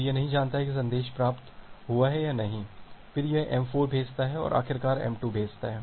तो यह नहीं जानता कि संदेश प्राप्त हुआ है या नहीं फिर यह m4 भेजता है और आखिरकार m2 भेजता है